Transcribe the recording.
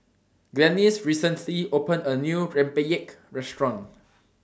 Glennis recently opened A New Rempeyek Restaurant